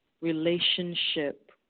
relationship